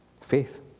Faith